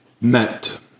Met